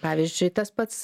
pavyzdžiui tas pats